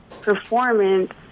performance